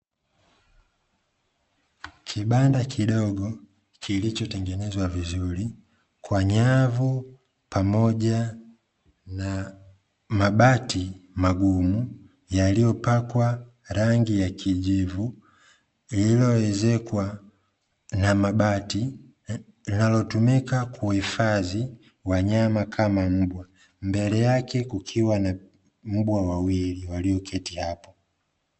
Kibanda kidogo kilichotengenezwa vizuri kwa nyavu pamoja na mabati magumu yaliyopakwa rangi ya kijivu, lililoezekwa na mabati linalotumika kuhifadhi wanyama kama mbwa, mbele yake kukiwa na mbwa wawili walioketi hapo.